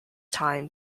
time